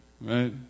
right